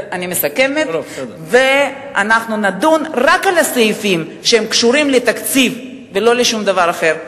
אני מסכמת ואנחנו נדון רק על הסעיפים שקשורים לתקציב ולא לשום דבר אחר.